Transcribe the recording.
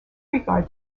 regard